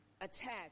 attack